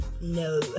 No